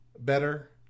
Better